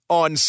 on